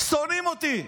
שונאים אותי.